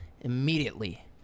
immediately